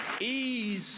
Ease